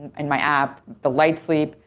in my app, the light sleep,